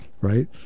right